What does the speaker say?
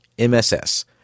MSS